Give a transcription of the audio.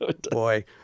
Boy